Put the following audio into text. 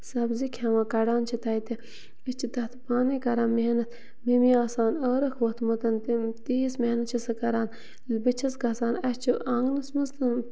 سَبزی کھٮ۪وان کَڑان چھِ تَتہِ أسۍ چھِ تَتھ پانَے کران محنت مٔمی آسان ٲرَکھ ووٚتھمُت تیٚمۍ تیٖژ محنت چھِ سۄ کران بہٕ چھَس گژھان اَسہِ چھِ آنٛگنَس منٛز تہٕ